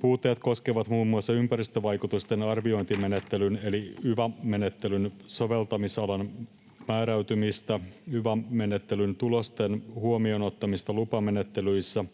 Puutteet koskevat muun muassa ympäristövaikutusten arviointimenettelyn eli yva-menettelyn sovelta-misalan määräytymistä, yva-menettelyn tulosten huomioon ottamista lupamenettelyissä